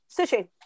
Sushi